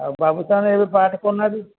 ଆଉ ବାବୁସାନ୍ ଏବେ ପାର୍ଟ କରୁନାହାନ୍ତି